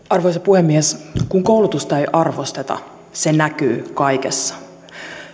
arvoisa puhemies kun koulutusta ei arvosteta se näkyy kaikessa